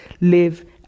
live